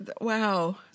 Wow